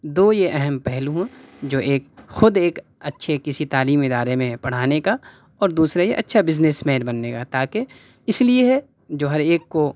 دو یہ اہم پہلو ہیں جو ایک خود ایک اچھے کسی تعلیمی ادارے میں پڑھانے کا اور دوسرا یہ اچھا بزنس مین بننے کا تا کہ اس لیے ہے جو ہر ایک کو